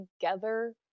together